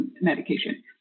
medication